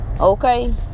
okay